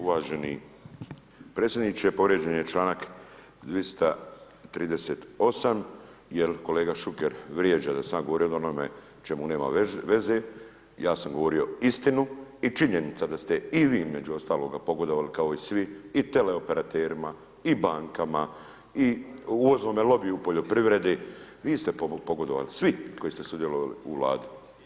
Uvaženi potpredsjedniče, povrijeđen je članak 238. jer kolega Šuker vrijeđa da sam ja govorio o onome o čemu nema veze, ja sam govorio istinu i činjenica da ste i vi među ostalima pogodovali kao i svi i teleoperaterima i bankama i uvoznome lobiju u poljoprivredi, vi ste pogodovali, svi koji ste sudjelovali u Vladi.